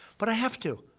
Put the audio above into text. but i have to.